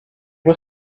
was